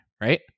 right